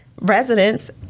residents